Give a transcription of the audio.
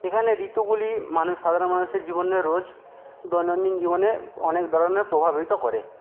এখানে ঋতুগুলি মানুষ সাধারণ মানুষের জীবনে রোজ দৈনন্দিন জীবনে অনেক দরণের প্রভাবিত করে